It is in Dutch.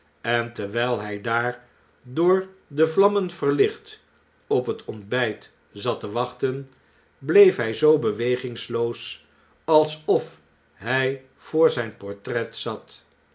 en terwyl hij daar door de vlammen verlicht op het ontby't zat te wachten bleef hy zoo bewegingloos alsof hy voor zyn portret zat